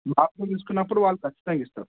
baptism తీసుకున్నప్పుడు వాళ్ళు ఖచ్చితంగా ఇస్తారు